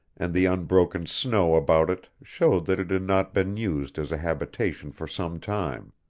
and the unbroken snow about it showed that it had not been used as a habitation for some time.